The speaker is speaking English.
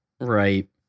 Right